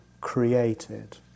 created